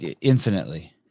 Infinitely